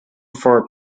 for